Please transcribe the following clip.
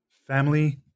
family